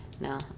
No